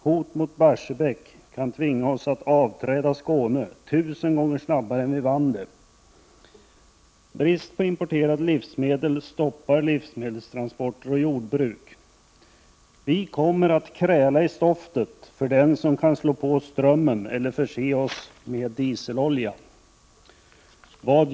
Hot mot Barsebäck kan tvinga oss att avträda Skåne ett tusen gånger snabbare än vi vann det. Brist på importerade drivmedel stoppar livsmedelstransporter och jordbruk. Vi kommer att kräla i stoftet för den som kan slå på strömmen eller förse oss med dieselolja.